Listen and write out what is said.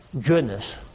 goodness